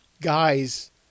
guys